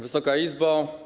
Wysoka Izbo!